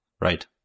Right